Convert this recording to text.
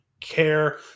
care